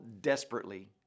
desperately